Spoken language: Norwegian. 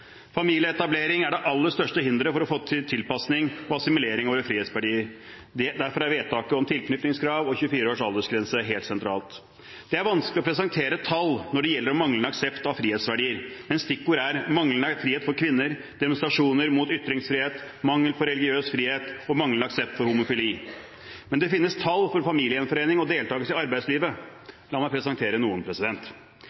Familieetablering er det aller største hinderet for å få til tilpasning og assimilering av våre frihetsverdier. Derfor er vedtaket om tilknytningskrav og 24 års aldersgrense helt sentralt. Det er vanskelig å presentere tall når det gjelder manglende aksept av frihetsverdier, men stikkord er manglende frihet for kvinner, demonstrasjoner mot ytringsfrihet, mangel på religiøs frihet og manglende aksept for homofili. Men det finnes tall for familiegjenforening og deltakelse i